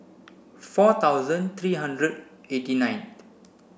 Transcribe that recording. four thousand three hundred eighty nineth